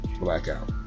Blackout